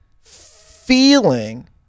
feeling